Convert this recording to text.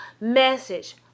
message